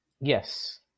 Yes